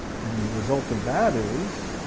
and the result of that is